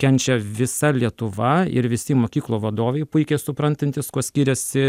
kenčia visa lietuva ir visi mokyklų vadovai puikiai suprantantys kuo skiriasi